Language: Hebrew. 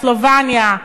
סלובניה,